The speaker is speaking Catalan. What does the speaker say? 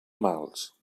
mals